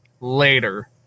later